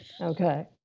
Okay